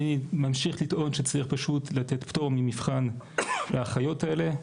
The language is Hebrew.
אני ממשיך לטעון שצריך פשוט לתת פטור ממבחן לאחיות האלה,